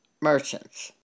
merchants